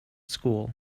school